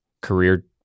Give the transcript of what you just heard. career